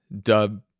dub